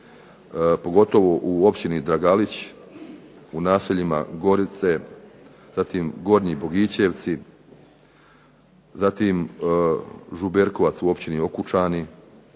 pogotovo u općini Dragalić, u naseljima Gorice, zatim Gornji Bogićevci, zatim ... u općini Okučani